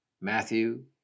Matthew